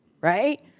right